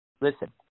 listen